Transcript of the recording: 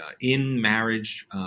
in-marriage